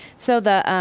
so the